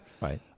Right